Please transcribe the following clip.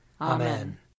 Amen